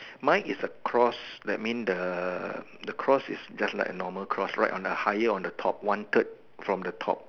mine is a cross that mean the the cross is just like a normal cross right on the higher on the top one third from the top